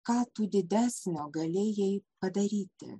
ką tu didesnio galėjai padaryti